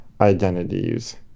identities